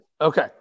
Okay